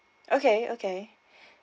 okay okay